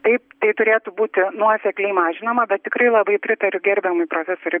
taip tai turėtų būti nuosekliai mažinama bet tikrai labai pritariu gerbiamui profesoriui